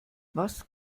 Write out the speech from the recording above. was